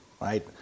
right